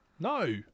No